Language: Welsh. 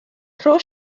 rho